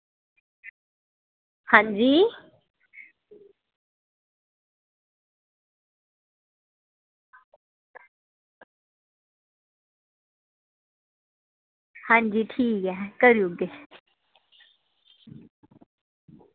हां जी हां जी ठीक ऐ करी ओड़गे